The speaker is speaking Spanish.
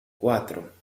cuatro